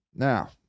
Now